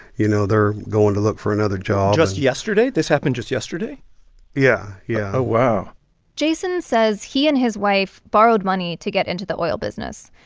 you know, they're going to look for another job just yesterday. this happened just yesterday yeah, yeah oh, wow jason says he and his wife borrowed money to get into the oil business.